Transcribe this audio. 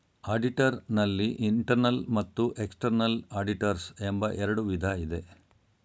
auditor ನಲ್ಲಿ internal ಮತ್ತು external auditors ಎಂಬ ಎರಡು ವಿಧ ಇದೆ